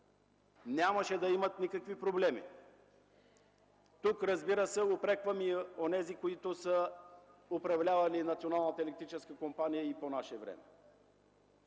Нямаше да имат никакви проблеми. Тук, разбира се, упреквам и онези, които са управлявали Националната